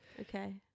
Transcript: okay